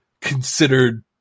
considered